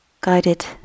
guided